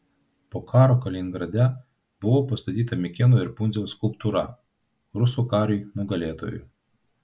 po karo kaliningrade buvo pastatyta mikėno ir pundziaus skulptūra rusų kariui nugalėtojui